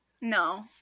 No